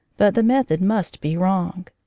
but the method must be wrong.